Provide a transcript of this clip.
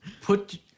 Put